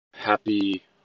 Happy